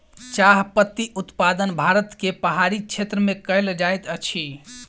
चाह पत्ती उत्पादन भारत के पहाड़ी क्षेत्र में कयल जाइत अछि